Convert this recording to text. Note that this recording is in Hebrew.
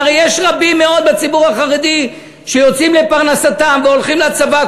הרי יש רבים מאוד בציבור החרדי שיוצאים לפרנסתם והולכים לצבא.